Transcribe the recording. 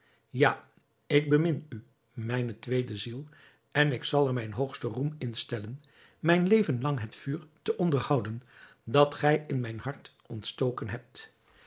ja ik bemin u mijne tweede ziel en ik zal er mijn hoogste roem in stellen mijn leven lang het vuur te onderhouden dat gij in mijn hart ontstoken hebt